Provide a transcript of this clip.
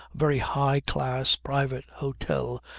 very high class, private hotel,